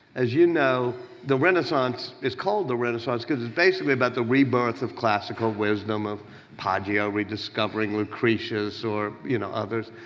as you know, the renaissance is called the renaissance because it's basically about the rebirth of classical wisdom, of pagia rediscovering lucretia so or you know others.